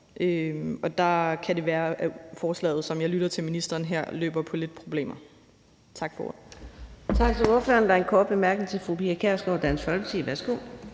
og der kan det være, at forslaget her, som jeg lytter mig til på ministeren, løber ind i lidt problemer. Tak for ordet.